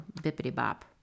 bippity-bop